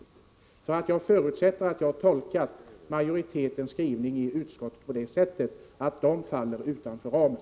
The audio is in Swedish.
Jag förutsätter att jag har rätt när jag har tolkat majoritetsskrivningen i betänkandet på det sättet att de faller utanför ramen.